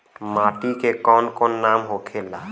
माटी के कौन कौन नाम होखे ला?